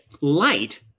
light